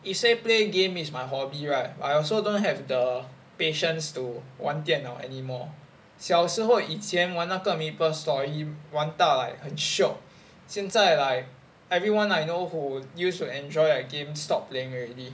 it say play game is my hobby right but I also don't have the patience to 玩电脑 anymore 小时候以前玩那个 maple story 玩到 like 很 shiok 现在来 everyone I know who used to enjoy the game stop playing already